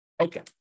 Okay